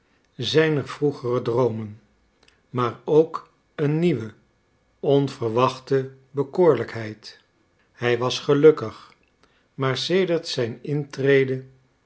zijner vroegere droomen maar ook een nieuwe onverwachte bekoorlijkheid hij was gelukkig maar sedert zijne intrede